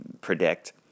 predict